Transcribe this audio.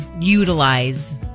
utilize